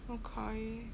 okay